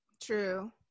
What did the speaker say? true